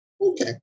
Okay